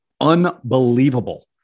unbelievable